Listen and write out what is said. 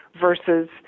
versus